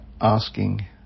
asking